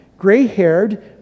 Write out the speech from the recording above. gray-haired